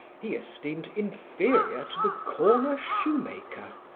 he esteemed inferior to the corner shoemaker.